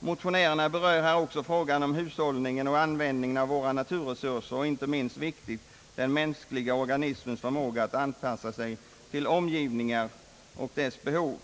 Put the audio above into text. Motionärerna berör också frågan om hushållningen med och användningen av våra naturresurser och — inte minst viktigt — den mänskliga organismens förmåga att anpassa sig till omgivningen och dess behov.